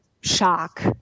shock